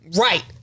Right